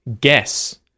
Guess